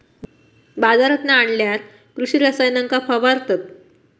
बाजारांतना आणल्यार कृषि रसायनांका फवारतत